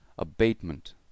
abatement